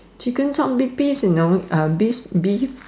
chicken chop big piece you know beef beef